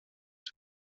czy